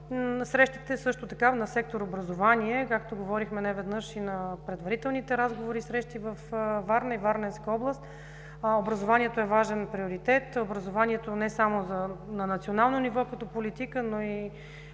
срещите на сектор „Образование“, както говорихме неведнъж и на предварителните разговори, среща във Варна и Варненска област. Образованието е важен приоритет. Образованието не само на национално ниво като политика, но и